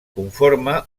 conforma